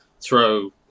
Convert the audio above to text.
throw